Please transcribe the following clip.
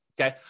okay